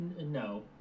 no